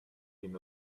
been